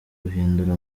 guhindura